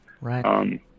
Right